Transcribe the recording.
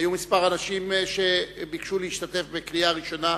היו כמה אנשים שביקשו להשתתף בדיון בקריאה ראשונה.